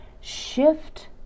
Shift